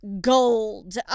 gold